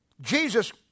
Jesus